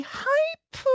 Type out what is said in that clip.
hype